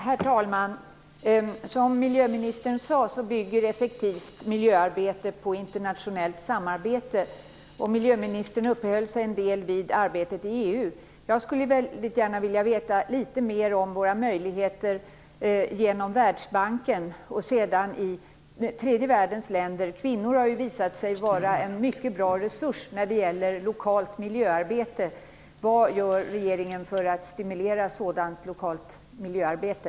Herr talman! Som miljöministern sade bygger effektivt miljöarbete på internationellt samarbete. Miljöministern uppehöll sig en del vid arbetet i EU. Jag skulle väldigt gärna vilja veta litet mer om våra möjligheter att agera genom Världsbanken och i tredje världens länder. Kvinnor har visat sig vara en mycket bra resurs i lokalt miljöarbete. Vad gör regeringen för att stimulera sådant lokalt miljöarbete?